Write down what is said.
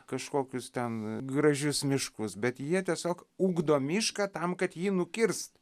kažkokius ten gražius miškus bet jie tiesiog ugdo mišką tam kad jį nukirst